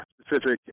specific